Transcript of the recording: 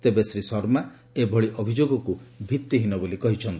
ତେବେ ଶ୍ରୀ ଶର୍ମା ଏଭଳି ଅଭିଯୋଗକୁ ଭିତ୍ତିହୀନ ବୋଲି କହିଚ୍ଛନ୍ତି